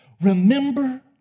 Remember